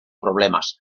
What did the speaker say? problemas